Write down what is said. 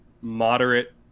moderate